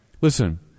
Listen